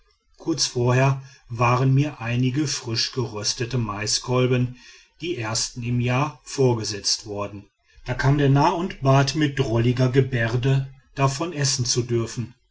kurz vorher waren mir einige frischgeröstete maiskolben die ersten im jahr vorgesetzt worden da kam der narr und bat mit drolliger gebärde davon essen zu dürfen